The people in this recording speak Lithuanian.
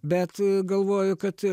bet galvoju kad